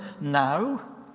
now